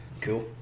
cool